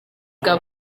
bwa